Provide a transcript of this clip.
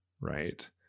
right